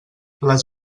les